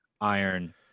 iron